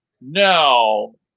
No